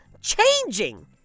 changing